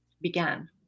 began